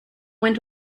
went